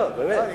לא, באמת.